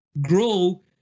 grow